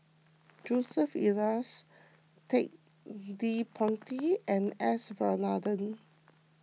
Joseph Elias Ted De Ponti and S Varathan